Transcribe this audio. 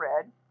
red